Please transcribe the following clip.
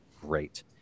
great